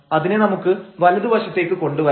അതിനെ നമുക്ക് വലതു വശത്തേക്ക് കൊണ്ട് വരാം